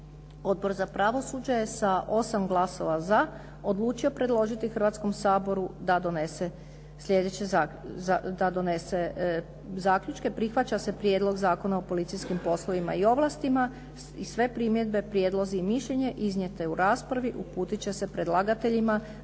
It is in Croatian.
Odbor za pravosuđe je sa 8 glasova za odlučio predložiti Hrvatskom saboru da donese sljedeće zaključke. Prihvaća se prijedlog Zakona o policijskim poslovima i ovlastima i sve primjedbe, prijedlozi i mišljenje iznijete u raspravi uputit će se predlagateljima